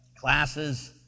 classes